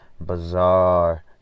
bizarre